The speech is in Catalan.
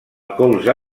colze